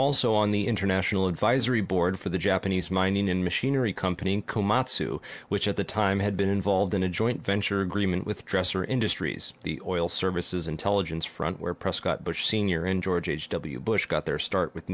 also on the international advisory board for the japanese mining in machinery company komatsu which at the time had been involved in a joint venture agreement with dresser industries the oil services intelligence front where prescott bush sr and george h w bush got their start with